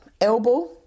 Elbow